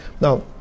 Now